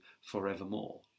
forevermore